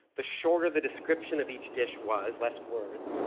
the shorter the description of each dish was, less words,